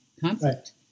conflict